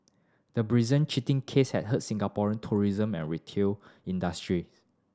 the brazen cheating case had hurt Singapore tourism and retail industry